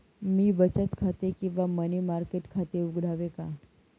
मी बचत खाते किंवा मनी मार्केट खाते उघडावे का?